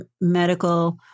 Medical